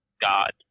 God